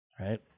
Right